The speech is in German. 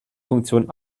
funktion